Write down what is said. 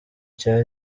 cya